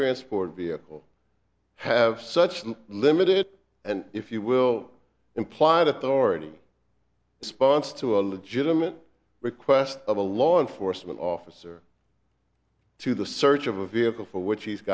transport vehicle have such a limited and if you will implied authority sponsor to a legitimate request of a law enforcement officer to the search of a vehicle for which he's